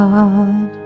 God